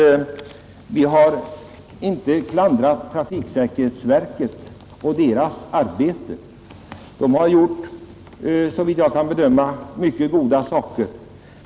Vi har inte klandrat trafiksäkerhetsverket och dess arbete. Det har såvitt jag kan bedöma gjort mycket goda saker.